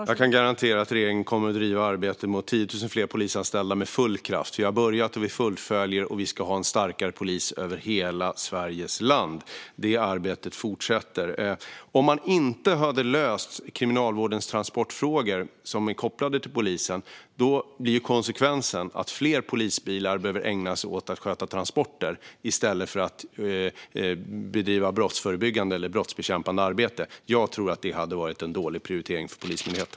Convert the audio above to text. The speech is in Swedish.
Fru talman! Jag kan garantera att regeringen kommer att driva arbetet med 10 000 fler polisanställda med full kraft. Vi har börjat, och vi fullföljer. Vi ska ha en starkare polis över hela Sveriges land. Detta arbete fortsätter. Om Kriminalvårdens transportfrågor, som är kopplade till polisen, inte hade lösts skulle konsekvensen ha blivit att fler polisbilar behöver användas för att sköta transporter i stället för att det bedrivs brottsbekämpande eller brottsförebyggande arbete. Jag tror att detta hade varit en dålig prioritering för Polismyndigheten.